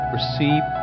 Receive